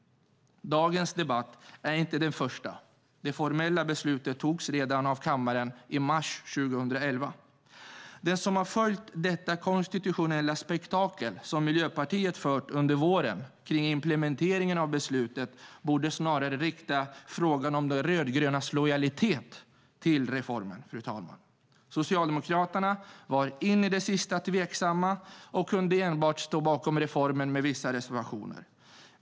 Dagens debatt är inte den första. Det formella beslutet togs redan av kammaren i mars 2011. Den som har följt Miljöpartiets konstitutionella spektakel under våren gällande implementeringen av beslutet borde snarare rikta frågan om de rödgrönas lojalitet till reformen, fru talman. Socialdemokraterna var in i det sista tveksamma och kunde enbart stå bakom reformen med vissa reservationer.